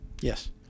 Yes